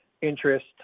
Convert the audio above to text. interest